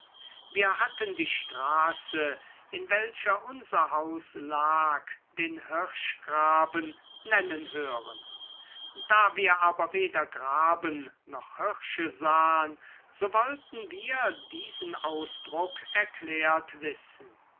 wir hatten die straße in welcher unser haus lag den hirschgraben nennen hören da wir aber weder graben noch hirsche sahen so wollten wir diesen ausdruck erklärt wissen